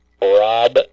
Rob